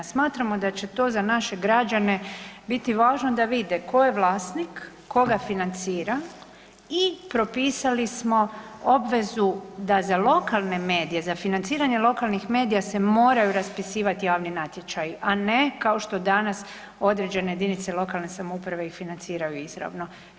Smatramo da će to za naše građane biti važno da vide, tko je vlasnik, tko ga financira i propisali smo obvezu da za lokalne medije, za financiranje lokalnih medija se moraju raspisivati javni natječaji, a ne kao što danas određene jedinice lokalne samouprave ih financiraju izravno.